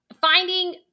finding